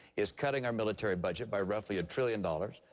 is cutting our military budget by roughly a trillion dollars.